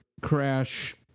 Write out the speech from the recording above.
Crash